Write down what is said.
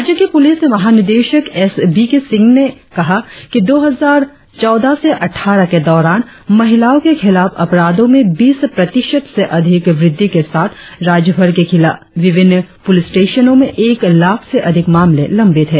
राज्य के प्रलिस महानिदेशक एस बी के सिंह ने कहा कि दो हजार चौदह अटठारह के दौरान महिलाओं के खिलाफ अपराधों में बीस प्रतिशत से अधिक वृद्धि के साथ राज्यभर के विभिन्न पुलिस स्टेशनों में एक लाख से अधिक मामले लंबित है